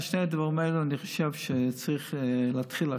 את שני הדברים האלה אני חושב שצריך להתחיל עכשיו,